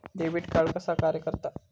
Debit card कसा कार्य करता?